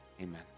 amen